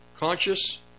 conscious